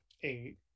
Eight